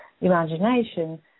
imagination